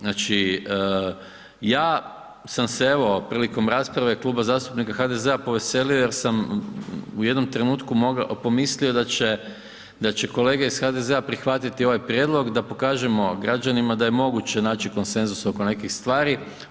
Znači, ja sam se evo prilikom rasprave Kluba zastupnika HDZ-a poveselio jer sam u jednom trenutku pomislio da će, da će kolege iz HDZ-a prihvatiti ovaj prijedlog, da pokažemo građanima da je moguće naći konsenzus oko nekih stvari.